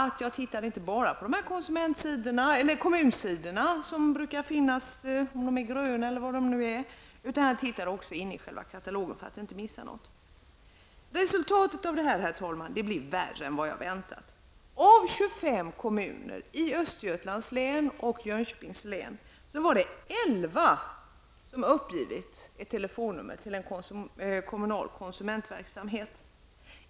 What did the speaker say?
Jag tittade inte bara på de kommunsidor som brukar finnas, utan jag tittade även inne i själva katalogen för att inte missa något. Resultatet av detta, herr talman, blev värre än jag väntat. Av 25 kommuner i Östergötlands län och Jönköpings län var det elva som uppgivit ett telefonnummer till kommunal konsumentverksamhet.